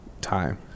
time